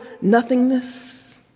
nothingness